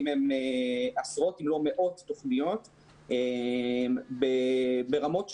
הם לעשרות אם לא למאות תוכניות ברמות שונות,